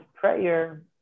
prayer